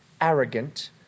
arrogant